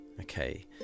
okay